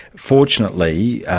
fortunately,